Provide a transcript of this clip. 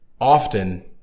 often